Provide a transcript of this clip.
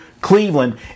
Cleveland